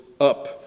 up